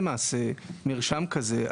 מרשם כזה?